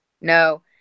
No